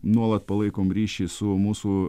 nuolat palaikom ryšį su mūsų